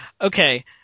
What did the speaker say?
Okay